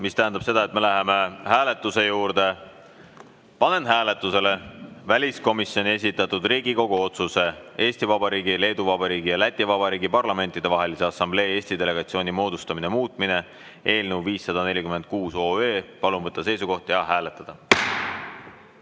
See tähendab seda, et me läheme hääletuse juurde. Panen hääletusele väliskomisjoni esitatud Riigikogu otsuse "Riigikogu otsuse "Eesti Vabariigi, Leedu Vabariigi ja Läti Vabariigi Parlamentidevahelise Assamblee Eesti delegatsiooni moodustamine" muutmine" eelnõu 546. Palun võtta seisukoht ja hääletada!